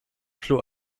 plu